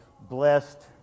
blessed